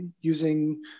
using